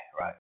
right